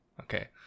Okay